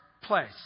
place